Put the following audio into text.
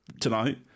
tonight